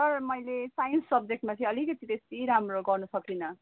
sir मैले science सब्जेक्टमा चाहिँ अलिकति त्यति राम्रो गर्नु सकिनँ